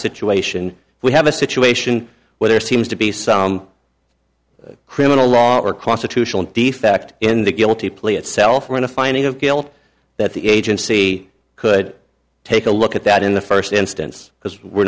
situation we have a situation where there seems to be some criminal law or constitutional defect in the guilty plea itself or in a finding of guilt that the agency could take a look at that in the first instance because we're